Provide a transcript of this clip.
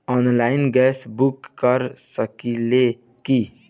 Online gas book कर सकिले की?